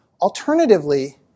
Alternatively